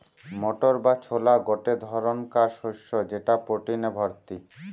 motor বা ছোলা গটে ধরণকার শস্য যেটা প্রটিনে ভর্তি